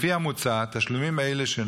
לפי המוצע, תשלומים אלה,